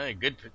good